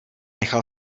nechal